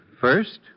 First